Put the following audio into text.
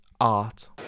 art